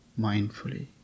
mindfully